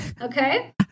Okay